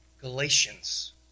Galatians